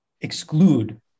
exclude